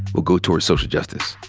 will go towards social justice.